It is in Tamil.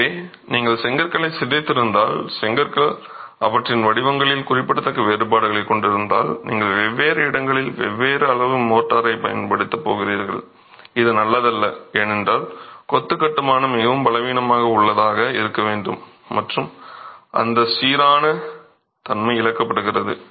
எனவே நீங்கள் செங்கற்களை சிதைத்திருந்தால் செங்கற்கள் அவற்றின் வடிவங்களில் குறிப்பிடத்தக்க வேறுபாடுகளைக் கொண்டிருந்தால் நீங்கள் வெவ்வேறு இடங்களில் வெவ்வேறு அளவு மோர்டாரைப் பயன்படுத்தப் போகிறீர்கள் இது நல்லதல்ல ஏனென்றால் கொத்து கட்டுமானம் மிகவும் பலவீனமாக உள்ளதாக இருக்க வேண்டும் மற்றும் அந்த சீரான தன்மை இழக்கப்படுகிறது